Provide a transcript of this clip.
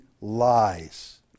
lies